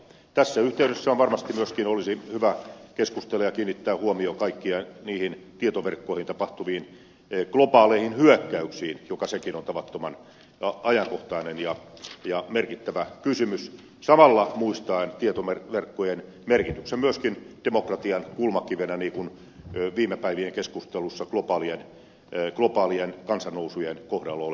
tässä yhteydessä varmasti myöskin olisi hyvä keskustella ja kiinnittää huomio kaikkiin tietoverkkoihin tapahtuviin globaaleihin hyökkäyksiin mikä sekin on tavattoman ajankohtainen ja merkittävä kysymys samalla muistaen tietoverkkojen merkityksen myöskin demokratian kulmakivenä niin kuin viime päivien keskustelussa globaalien kansannousujen kohdalla